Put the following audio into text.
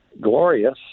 glorious